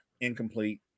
incomplete